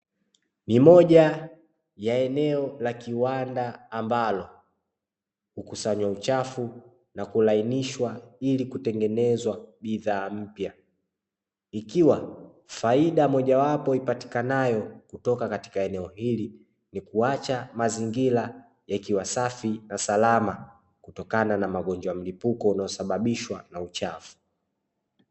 Ni moja ya eneo la kiwanda, ambalo hukusanywa uchafu na kulainishwa ili kutengenezwa bidhaa mpya, ikiwa faida mojawapo ipatikanayo kutoka katika eneo hili na kuacha mazingira yakiwa safi na salama, kutokana na magonjwa ya mlipuko yanayosababishwa na uchafu.